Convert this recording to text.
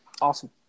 awesome